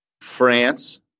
France